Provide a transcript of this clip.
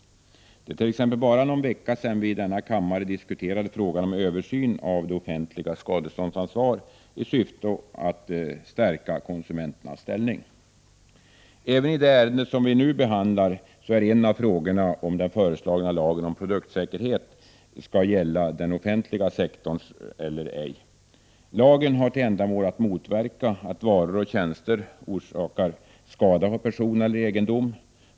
Det är t.ex. bara någon vecka sedan vi i denna kammare diskuterade frågan om översyn av det offentligas skadeståndsansvar i syfte att stärka konsumenternas ställning. Även i det ärende vi nu behandlar är en av frågorna huruvida den föreslagna lagen om produktsäkerhet skall gälla den offentliga verksamheten eller ej. Lagen har till ändamål att motverka att varor och tjänster orsakar skada på person eller egendom.